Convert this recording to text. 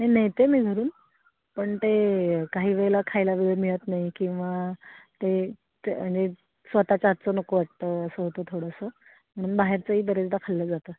नाही नेते मी घरून पण ते काही वेळेला खायला वेळ मिळत नाही किंवा ते ते म्हणजे स्वतःच्या हातचं नको वाटतं असं होतं थोडंसं म्हणून बाहेरचंही बरेचदा खाल्लं जातं